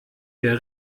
der